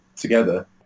together